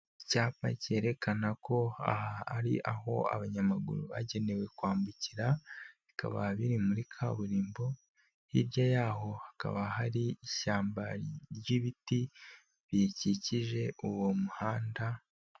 Icyapa kerekana ko aha ari aho abanyamaguru bagenewe kwambukira, bikaba biri muri kaburimbo hirya yaho hakaba hari ishyamba ry'ibiti bikikije uwo muhanda.